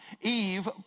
Eve